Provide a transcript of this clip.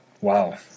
Wow